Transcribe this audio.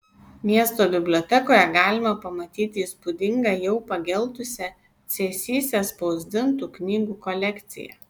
miesto bibliotekoje galima pamatyti įspūdingą jau pageltusią cėsyse spausdintų knygų kolekciją